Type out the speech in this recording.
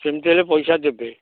ସେମିତି ହେଲେ ପଇସା ଦେବେ